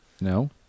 No